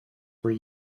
were